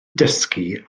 dysgu